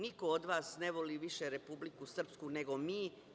Niko od vas ne voli više Republiku Srpsku, nego mi.